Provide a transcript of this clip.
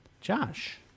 Josh